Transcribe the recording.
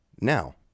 now